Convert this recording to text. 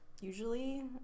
Usually